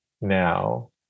now